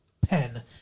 pen